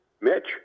Mitch